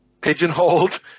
pigeonholed